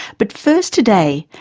but first today,